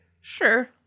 Sure